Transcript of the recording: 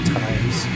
times